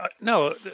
no